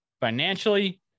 financially